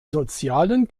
sozialen